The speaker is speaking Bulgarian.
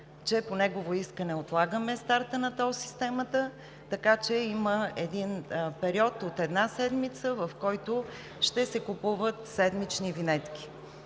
че по негово искане отлагаме старта на тол системата. Така че има един период от една седмица, в който ще се купуват седмични винетки.